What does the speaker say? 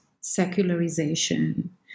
secularization